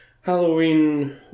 Halloween